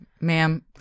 Ma'am